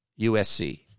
USC